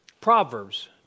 Proverbs